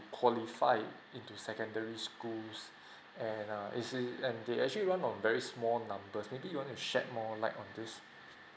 qualify into secondary school and err is it and they actually want a very small numbers maybe you wanna share more like on this